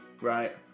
right